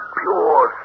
pure